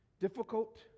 difficult